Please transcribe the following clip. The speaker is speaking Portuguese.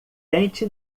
tente